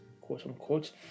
quote-unquote